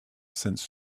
since